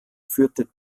führte